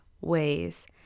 ways